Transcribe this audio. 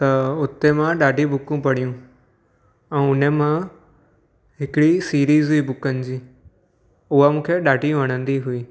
त हुते मां ॾाढी बुकूं पढ़ियूं ऐं हुनमां हिकिड़ी सिरीज़ हुई बुकनि जी उहा मूंखे ॾाढी वणंदी हुई